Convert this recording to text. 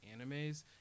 animes